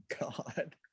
God